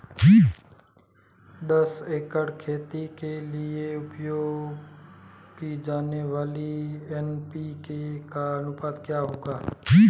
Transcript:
दस एकड़ खेती के लिए उपयोग की जाने वाली एन.पी.के का अनुपात क्या होगा?